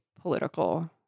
political